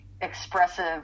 expressive